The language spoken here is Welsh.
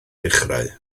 dechrau